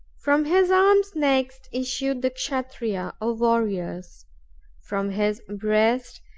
from his arms next issued the kshatriya, or warriors from his breast,